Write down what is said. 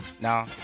No